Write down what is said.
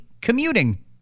commuting